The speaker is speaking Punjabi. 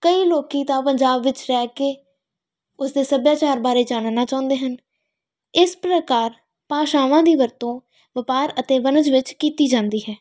ਕਈ ਲੋਕੀਂ ਤਾਂ ਪੰਜਾਬ ਵਿੱਚ ਰਹਿ ਕੇ ਉਸਦੇ ਸੱਭਿਆਚਾਰ ਬਾਰੇ ਜਾਣਨਾ ਚਾਹੁੰਦੇ ਹਨ ਇਸ ਪ੍ਰਕਾਰ ਭਾਸ਼ਾਵਾਂ ਦੀ ਵਰਤੋਂ ਵਪਾਰ ਅਤੇ ਵਣਜ ਵਿੱਚ ਕੀਤੀ ਜਾਂਦੀ ਹੈ